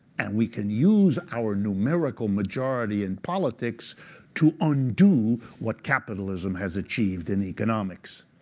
and we can use our numerical majority in politics to undo what capitalism has achieved in economics.